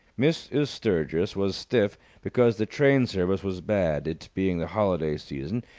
mrs. sturgis was stiff because the train-service was bad, it being the holiday-season,